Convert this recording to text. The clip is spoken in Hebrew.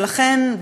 ולכן,